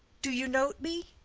do you note me?